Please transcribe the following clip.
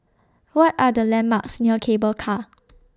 What Are The landmarks near Cable Car